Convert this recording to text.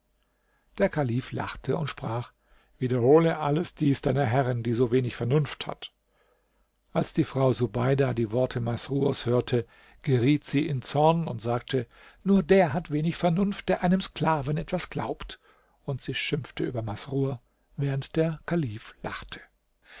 der kalif lachte und sprach wiederhole alles dies deiner herrin die so wenig vernunft hat als die frau subeida die worte masrurs hörte geriet sie in zorn und sagte nur der hat wenig vernunft der einem sklaven etwas glaubt und sie schimpfte über masrur während der kalif lachte